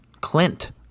Clint